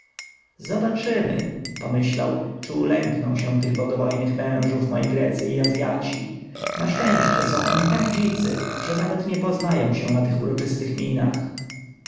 zobaczymy pomyślał czy ulękną się tych bogobojnych mężów moi grecy i azjaci na szczęście są oni tak dzicy że nawet nie poznają się na uroczystych minach